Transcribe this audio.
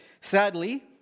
Sadly